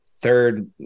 Third